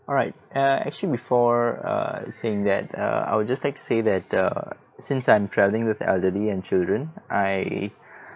alright err actually before err saying that err I would just like say that uh since I'm travelling with elderly and children I